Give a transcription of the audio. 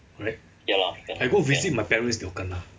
right I go visit my parents they will kena